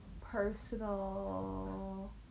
personal